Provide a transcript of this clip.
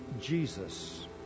Jesus